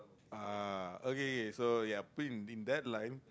ah okay so ya out it in in that line